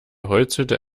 holzhütte